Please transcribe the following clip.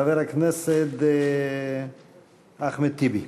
חבר הכנסת אחמד טיבי.